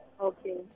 Okay